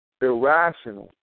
irrational